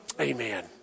Amen